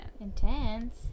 Intense